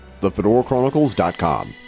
thefedorachronicles.com